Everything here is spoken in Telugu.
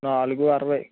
నాలుగు అరవై